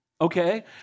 okay